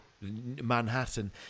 Manhattan